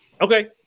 Okay